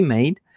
Made